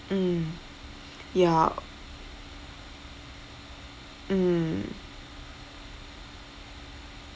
mm ya mm